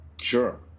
Sure